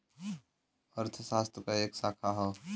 अर्थशास्त्र क एक शाखा हौ